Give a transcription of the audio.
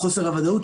חוסר הוודאות,